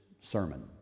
sermon